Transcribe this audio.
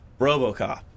Robocop